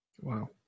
Wow